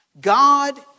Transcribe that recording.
God